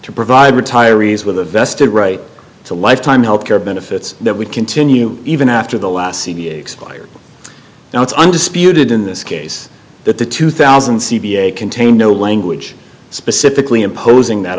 to provide retirees with a vested right to lifetime health care benefits that would continue even after the last cd expired now it's undisputed in this case that the two thousand c v a contained no language specifically imposing that